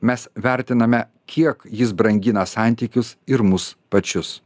mes vertiname kiek jis brangina santykius ir mus pačius